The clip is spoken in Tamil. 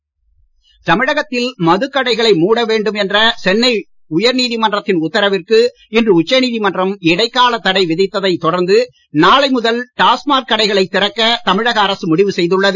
மதுக்கடை தமிழகத்தில் மதுக்கடைகளை உயர்நீதிமன்றத்தின் உத்தரவிற்கு இன்று உச்சநீதிமன்றம் இடைக்கால தடை விதித்தை தொடர்ந்து நாளை முதல் டாஸ்மாக் கடைகளை திறக்க தமிழக அரசு முடிவு செய்துள்ளது